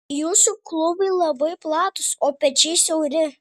jūsų klubai labai platūs o pečiai siauri